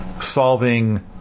Solving